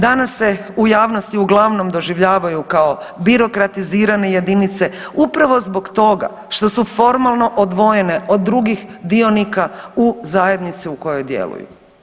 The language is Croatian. Danas se u javnosti uglavnom doživljavaju kao birokratizirane jedinice upravo zbog toga što su formalno odvojene od drugih dionika u zajednici u kojoj djeluju.